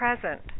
present